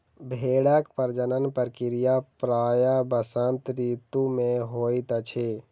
भेड़क प्रजनन प्रक्रिया प्रायः वसंत ऋतू मे होइत अछि